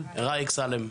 ראיק סאלם.